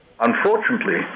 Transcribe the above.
Unfortunately